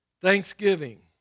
Thanksgiving